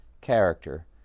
character